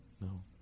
no